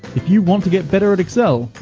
if you want to get better at excel,